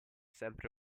sempre